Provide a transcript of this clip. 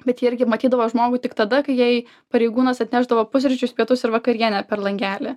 bet ji irgi matydavo žmogų tik tada kai jai pareigūnas atnešdavo pusryčius pietus ir vakarienę per langelį